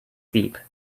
deep